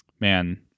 Man